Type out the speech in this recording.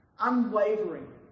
Unwavering